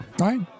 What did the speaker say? right